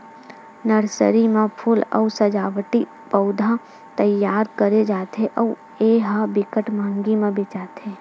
nursery म फूल अउ सजावटी पउधा तइयार करे जाथे अउ ए ह बिकट मंहगी म बेचाथे